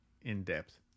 in-depth